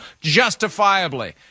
justifiably